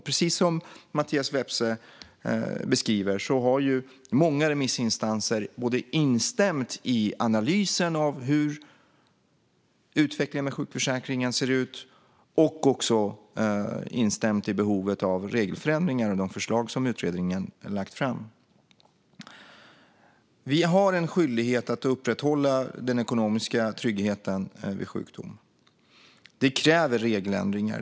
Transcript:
Precis som Mattias Vepsä beskriver har många remissinstanser instämt i analysen av utvecklingen av sjukförsäkringen och vad gäller behovet av regelförändringar i enlighet med de förslag som utredningen lagt fram. Vi har en skyldighet att upprätthålla den ekonomiska tryggheten vid sjukdom. Det kräver regeländringar.